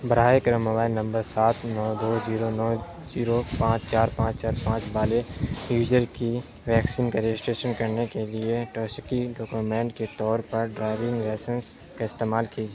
براہ کرم mobile number سات نو دو زیرو نو زیرو پانچ چار پانچ چار پانچ والے یوزر کی ویکسین کا رجسٹریشن کرنے کے لیے توثیقی ڈاکیومنٹ کے طور پر ڈرائیونگ لائسنس کا استعمال کیجیے